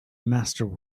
master